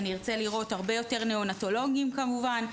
אני ארצה לראות הרבה יותר ניאונטולוגים כמובן,